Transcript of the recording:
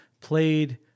played